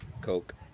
coke